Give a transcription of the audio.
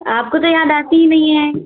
आप को तो याद आती नहीं है